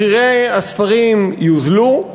מחירי הספרים יוזלו,